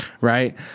right